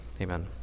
amen